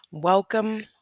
Welcome